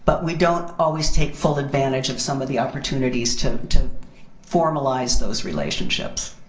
but we don't always take full advantage of some of the opportunities to to formalize those relationships.